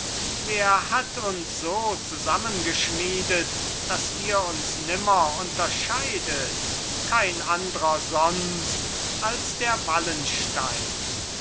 wer hat uns so zusammengeschmiedet daß ihr uns nimmer unterschiedet kein andrer sonst als der wallenstein